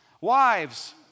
Wives